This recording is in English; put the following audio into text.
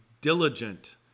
diligent